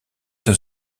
dans